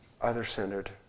other-centered